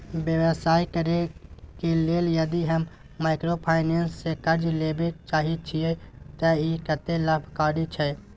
व्यवसाय करे के लेल यदि हम माइक्रोफाइनेंस स कर्ज लेबे चाहे छिये त इ कत्ते लाभकारी छै?